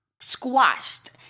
squashed